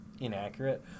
inaccurate